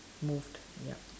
moved ya